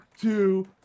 two